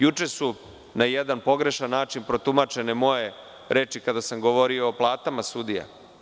Juče su na jedan pogrešan način protumačene moje reči kada sam govorio o platama sudija.